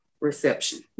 reception